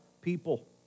people